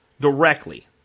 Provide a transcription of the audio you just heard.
directly